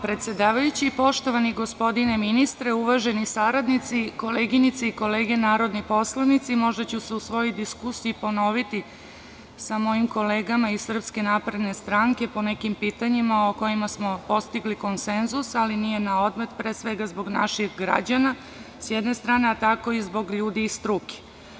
Poštovani gospodine ministre, uvaženi saradnici, koleginice i kolege narodni poslanici, možda ću se u svojoj diskusiji ponoviti sa mojim kolegama iz SNS po nekim pitanjima o kojima smo postigli konsenzus, ali nije naodmet, pre svega zbog naših građana, s jedne strane, a tako i zbog ljudi iz struke.